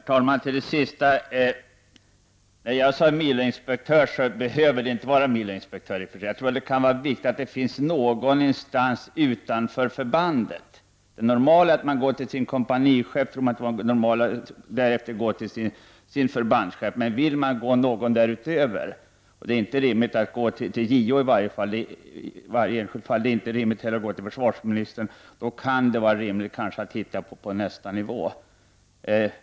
Herr talman! När jag talade om miloinspektörer menade jag inte att det behöver vara fråga om just dessa inspektörer. Jag tror att det är viktigt att det finns någon instans utanför förbandet. Det normala är att man går till sin kompanichef och därefter till sin förbandschef, men om man vill gå till någon därutöver — det är ju inte rimligt att gå till JO eller till försvarsministern i varje enskilt fall — kan det vara lämpligt att kunna gå till nästa nivå.